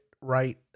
right